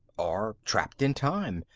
or trapped in time,